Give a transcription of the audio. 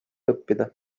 õppida